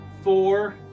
four